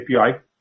API